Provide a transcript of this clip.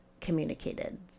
communicated